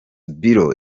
bureau